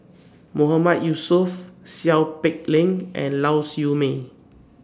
Mahmood Yusof Seow Peck Leng and Lau Siew Mei